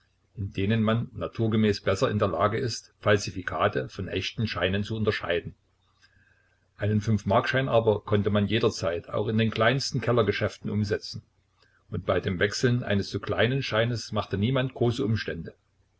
in denen man naturgemäß besser in der lage ist falsifikate von echten scheinen zu unterscheiden einen fünfmarkschein aber konnte man jederzeit auch in den kleinsten kellergeschäften umsetzen und bei dem wechseln eines so kleinen scheines machte niemand große umstände